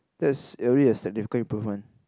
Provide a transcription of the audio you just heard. that's already a significant improvement